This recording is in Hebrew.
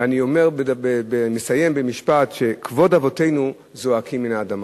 ואני מסיים במשפט שכבוד אבותינו זועק מן האדמה.